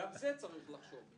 גם זה צריך לחשוב.